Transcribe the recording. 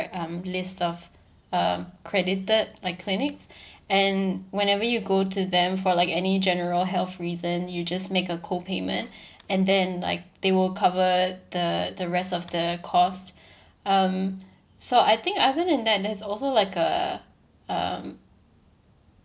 um list of um credited like clinics and whenever you go to them for like any general health reason you just make a co-payment and then like they will cover the the rest of the cost um so I think other than that there's also like a um